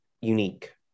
unique